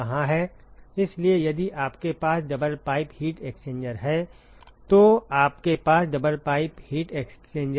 इसलिए यदि आपके पास डबल पाइप हीट एक्सचेंजर है तो आपके पास डबल पाइप हीट एक्सचेंजर है